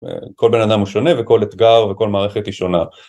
כל בן אדם הוא שונה וכל אתגר וכל מערכת היא שונה.